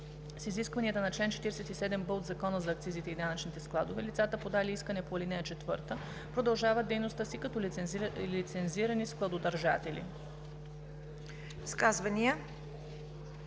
с изискванията на чл. 47б от Закона за акцизите и данъчните складове лицата, подали искане по ал. 4, продължават дейността си като лицензирани складодържатели.“